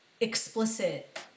explicit